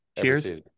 Cheers